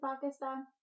Pakistan